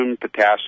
potassium